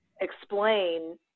explain